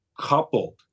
coupled